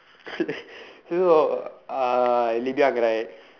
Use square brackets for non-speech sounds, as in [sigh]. [laughs] you know uh Livia Glide